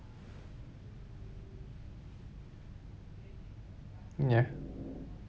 ya